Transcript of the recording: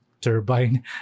turbine